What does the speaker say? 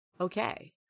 Okay